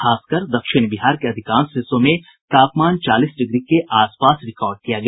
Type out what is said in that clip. खास कर दक्षिण बिहार के अधिकांश हिस्सों में तापमान चालीस डिग्री के आस पास रिकॉर्ड किया गया